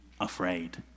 afraid